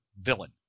villain